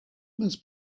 must